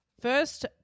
First